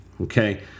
okay